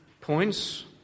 points